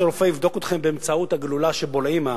שרופא יבדוק אתכם באמצעות הגלולה שבולעים,